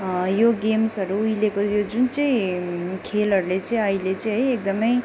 यो गेम्सहरू उहिलेको यो जुन चाहिँ खेलहरूले चाहिँ अहिले चाहिँ है एकदमै